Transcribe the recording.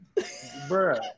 bruh